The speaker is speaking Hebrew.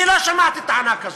אני לא שמעתי טענה כזאת.